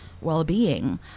well-being